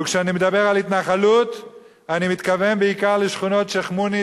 וכשאני מדבר על התנחלות אני מתכוון בעיקר לשכונות שיח'-מוניס,